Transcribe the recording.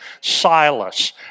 Silas